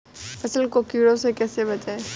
फसल को कीड़ों से कैसे बचाएँ?